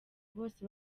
bose